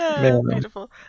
Beautiful